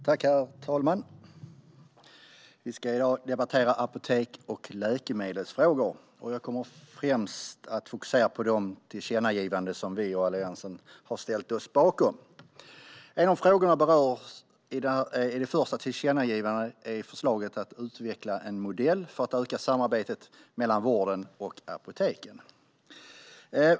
Herr talman! Vi ska i dag debattera apoteks och läkemedelsfrågor. Jag kommer främst att fokusera på de tillkännagivanden som vi och Alliansen har ställt oss bakom. En av de frågor som berörs i det första tillkännagivandet är förslaget om att utveckla en modell för att öka samarbetet mellan vården och apoteken.